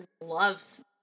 loves